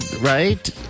right